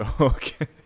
Okay